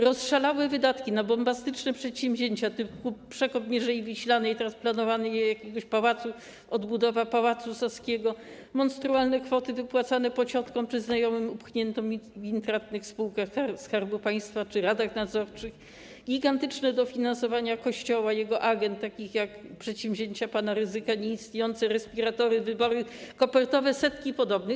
Rozszalały się wydatki na bombastyczne przedsięwzięcia typu: przekop Mierzei Wiślanej, teraz planowana odbudowa Pałacu Saskiego, monstrualne kwoty wypłacane pociotkom czy znajomym upchniętym w intratnych spółkach Skarbu Państwa czy radach nadzorczych, gigantyczne dofinansowania Kościoła, jego agend, takich jak przedsięwzięcia pana Rydzyka, nieistniejące respiratory, wybory kopertowe i setki podobnych.